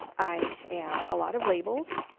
i am a lot of labels.